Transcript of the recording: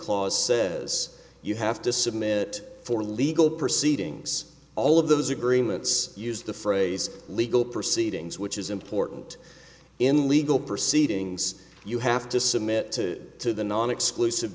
clause says you have to submit for legal proceedings all of those agreements use the phrase legal proceedings which is important in legal proceedings you have to submit to the non exclusive